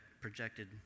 projected